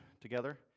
together